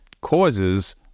causes